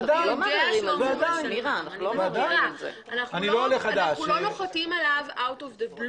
אנחנו לא נוחתים עליו פתאום.